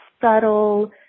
subtle